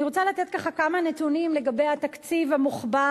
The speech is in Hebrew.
אני רוצה לתת ככה כמה נתונים לגבי התקציב המוחבא,